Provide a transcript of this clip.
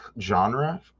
genre